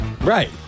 Right